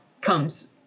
comes